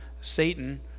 Satan